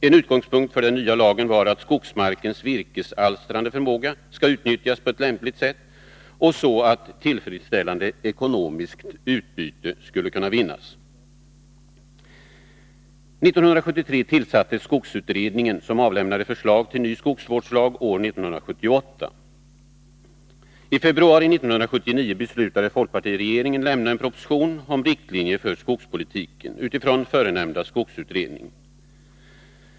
En utgångspunkt för den nya lagen var att skogsmarkens virkesalstrande förmåga skall utnyttjas på ett lämpligt sätt och så att tillfredsställande ekonomiskt utbyte kan vinnas. År 1973 tillsattes skogsutredningen, som avlämnade förslag till en ny skogsvårdslag år 1978. I februari 1979 beslutade folkpartiregeringen att lämna en proposition om riktlinjer för skogspolitiken utifrån nämnda skogsutrednings betänkande.